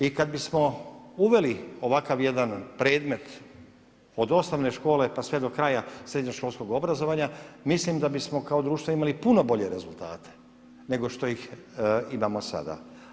I kad bismo uveli ovakav jedan predmet od osnovno škole, pa sve do kraja srednjoškolskog obrazovanja, mislim da bismo kao društvo imali puno bolje rezultate nego što imamo sada.